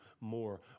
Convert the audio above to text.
more